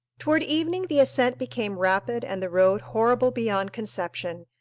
toward evening the ascent became rapid and the road horrible beyond conception,